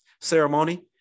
ceremony